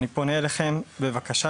אני פונה אליכם בבקשה,